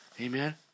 Amen